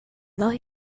like